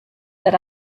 that